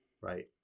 right